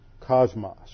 cosmos